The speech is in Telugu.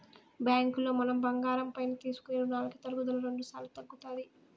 బ్యాంకులో మనం బంగారం పైన తీసుకునే రునాలకి తరుగుదల రెండుసార్లు తగ్గుతాది